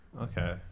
Okay